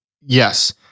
Yes